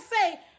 say